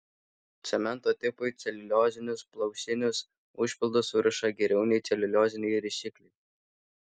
cemento tipui celiuliozinius plaušinius užpildus suriša geriau nei celiulioziniai rišikliai